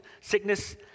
sickness